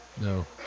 No